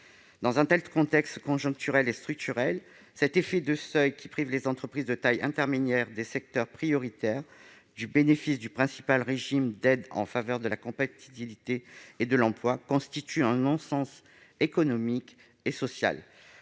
actuel, tant conjoncturel que structurel, cet effet de seuil, qui prive les entreprises de taille intermédiaire, dans les secteurs prioritaires, du bénéfice du principal régime d'aide en faveur de la compétitivité et de l'emploi, constitue un non-sens économique et social.